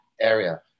area